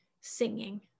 singing